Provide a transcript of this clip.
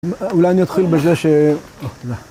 אולי אני אתחיל בזה ש...